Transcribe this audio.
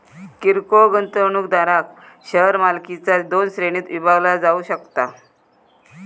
किरकोळ गुंतवणूकदारांक शेअर मालकीचा दोन श्रेणींत विभागला जाऊ शकता